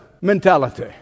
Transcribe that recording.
mentality